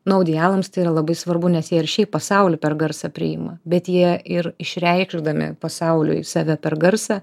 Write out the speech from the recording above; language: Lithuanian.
nu audialams tai yra labai svarbu nes jie ir šiaip pasaulį per garsą priima bet jie ir išreikšdami pasauliui save per garsą